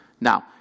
Now